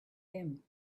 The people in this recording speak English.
him